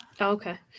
Okay